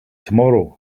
tomorrow